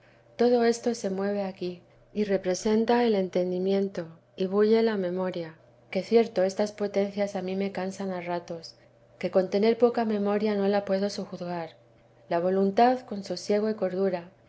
todo esto se mueve aquí y representa el entendimiento y bulle la memoria que cierto estas potencias a mí me cansan a ratos que con tener poca memoria no la puedo sojuzgar la voluntad con sosiego y cordura